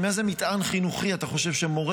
עם איזה מטען חינוכי אתה חושב שמורה